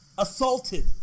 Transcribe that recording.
assaulted